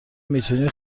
میتونی